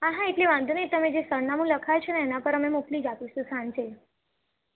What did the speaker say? હાહા એટલે વાંધો નહીં તમે જે સરનામું લખાવ્યું છે ને એના પર અમે મોકલી આપીશું સાંજે